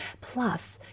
plus